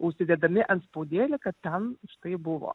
užsidėdami antspaudėlį kad ten štai buvo